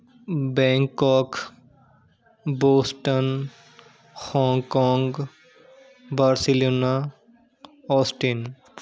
Bangkok Boston Hong Kong Barcelona austin